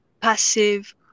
passive